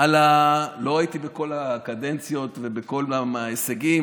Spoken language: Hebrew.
לא הייתי בכל הקדנציות ובכל ההישגים,